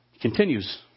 continues